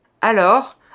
Alors